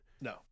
No